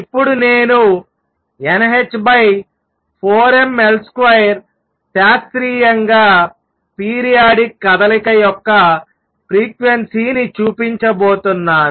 ఇప్పుడు నేను nh4ml2 శాస్త్రీయంగా పీరియాడిక్ కదలిక యొక్క ఫ్రీక్వెన్సీ ని చూపించబోతున్నాను